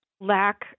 lack